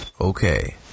Okay